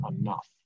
enough